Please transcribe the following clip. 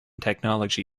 technology